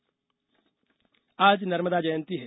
नर्मदा जयंती आज नर्मदा जयंती हैं